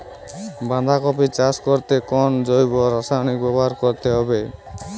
বাঁধাকপি চাষ করতে কোন জৈব রাসায়নিক ব্যবহার করতে হবে?